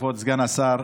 כבוד סגן השר,